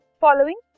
following